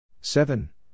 Seven